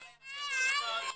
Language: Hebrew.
אחריה מאיר.